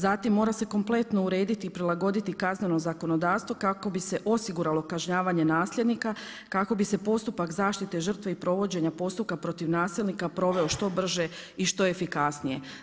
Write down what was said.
Zatim mora se kompletno urediti i prilagoditi kazneno zakonodavstvo kako bi se osiguralo kažnjavanje nasljednika, kako bi se postupak zaštite žrtve i provođenja postupka protiv nasilnika proveo što brže i što efikasnije.